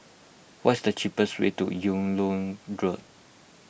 what's the cheapest way to Yung Loh Road